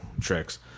tricks